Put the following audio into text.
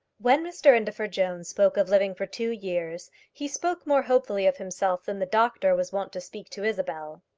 when mr indefer jones spoke of living for two years, he spoke more hopefully of himself than the doctor was wont to speak to isabel.